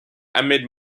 amid